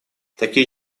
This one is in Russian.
такие